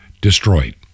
destroyed